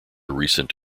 recent